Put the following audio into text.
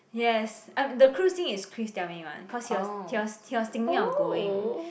yes um the cruise thing is Chris tell me one cause he was he was he was thinking of going